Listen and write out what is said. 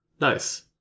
Nice